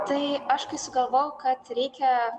tai aš kai sugalvojau kad reikia